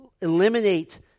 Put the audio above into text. eliminate